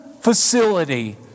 facility